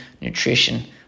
nutrition